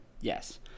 Yes